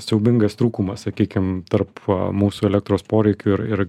siaubingas trūkumas sakykim tarp mūsų elektros poreikių ir ir